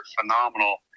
Phenomenal